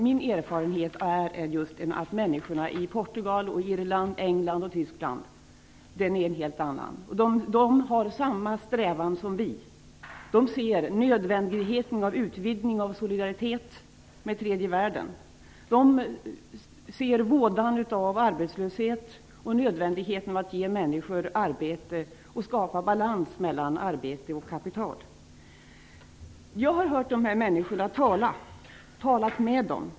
Min erfarenhet av människorna i Portugal, Irland, England och Tyskland är en helt annan. De har samma strävan som vi. De ser nödvändigheten av en utvidgning av solidariteten med tredje världen. De ser vådan av arbetslöshet och nödvändigheten av att ge människor arbete och skapa balans mellan arbete och kapital. Jag har hört de här människorna tala. Jag har talat med dem.